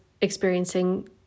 experiencing